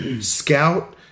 Scout